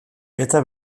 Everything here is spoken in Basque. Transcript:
eta